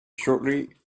shortly